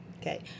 okay